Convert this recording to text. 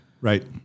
Right